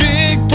Big